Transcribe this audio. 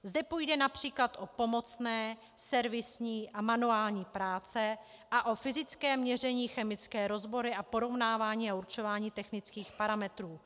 Zde půjde například o pomocné, servisní a manuální práce a o fyzické měření, chemické rozbory a porovnávání a určování technických parametrů.